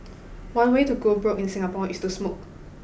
one way to go broke in Singapore is to smoke